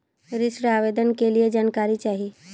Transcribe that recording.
ऋण आवेदन के लिए जानकारी चाही?